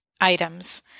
items